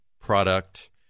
product